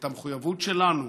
את המחויבות שלנו,